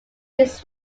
his